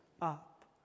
up